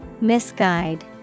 Misguide